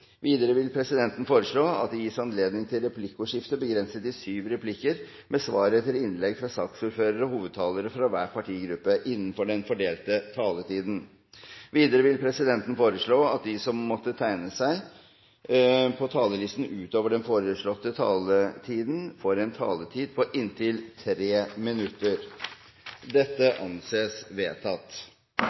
Videre vil presidenten foreslå at det gis anledning til replikkordskifte begrenset til syv replikker med svar etter innlegg fra saksordførerne og hovedtalerne fra hver partigruppe innenfor den fordelte taletiden. Videre vil presidenten foreslå at de som måtte tegne seg på talerlisten utover den fordelte taletiden, får en taletid på inntil 3 minutter. – Det anses vedtatt.